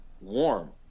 warm